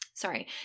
Sorry